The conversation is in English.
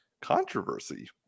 controversy